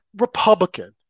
Republican